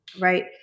right